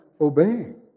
obeying